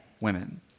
women